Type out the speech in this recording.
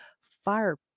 Fire